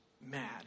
mad